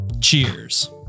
Cheers